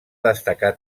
destacar